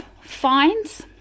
fines